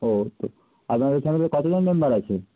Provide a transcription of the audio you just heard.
ও আপনাদের ফ্যামিলির কতজন মেম্বার আছে